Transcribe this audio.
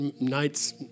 night's